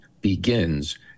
begins